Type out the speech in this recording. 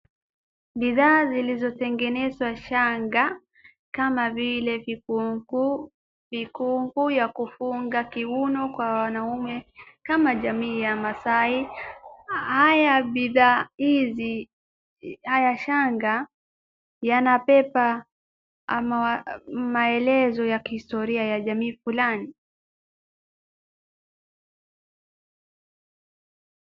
Bidhaa zilizotengenezwa shanga kama vile vifungu vikuku vya kufunga kiuno kwa wanaume kama jamii ya masai. Haya bidhaa hizi haya shanga yana beba ama maelezo ya kihistoria ya jamii fulani.